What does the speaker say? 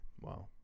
Wow